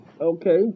Okay